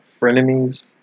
frenemies